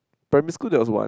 primary school there was one